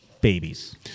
babies